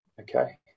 Okay